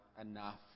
enough